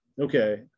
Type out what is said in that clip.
okay